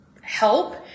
help